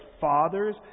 fathers